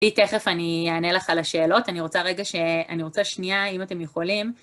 תכף אני אענה לך על השאלות, אני רוצה רגע ש... אני רוצה שנייה, אם אתם יכולים.